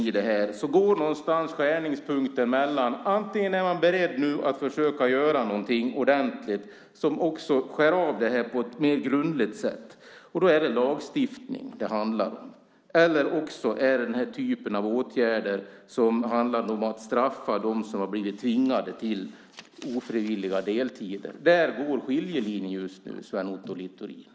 Någonstans går skärningspunkten. Antingen är man beredd att försöka göra någonting ordentligt som skär av det här på ett mer grundligt sätt - då är det lagstiftning det handlar om - eller så är det fråga om åtgärder som handlar om att straffa dem som har blivit tvingade till ofrivilliga deltider. Där går skiljelinjen just nu, Sven Otto Littorin.